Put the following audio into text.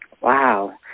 Wow